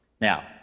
now